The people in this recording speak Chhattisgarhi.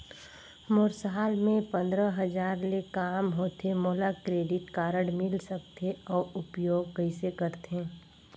मोर साल मे पंद्रह हजार ले काम होथे मोला क्रेडिट कारड मिल सकथे? अउ उपयोग कइसे करथे?